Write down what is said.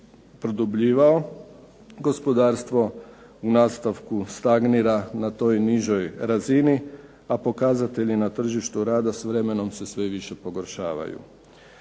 produbljivao. Gospodarstvo u nastavku stagnira na toj nižoj razini, a pokazatelji na tržištu rada s vremenom se sve više pogoršavaju.